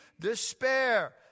despair